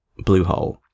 Bluehole